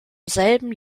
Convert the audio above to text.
selben